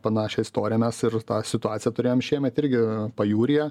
panašią istoriją mes ir tą situaciją turėjom šiemet irgi pajūryje